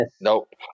Nope